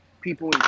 people